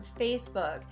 Facebook